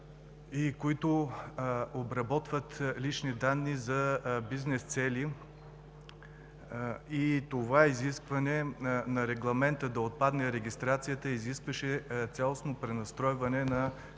и обработват лични данни за бизнес цели. Това изискване на Регламента – да отпадне регистрацията, изискваше цялостно пренастройване на